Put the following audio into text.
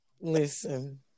Listen